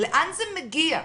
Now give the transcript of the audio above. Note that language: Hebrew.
לאן זה מגיע?